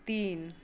तीन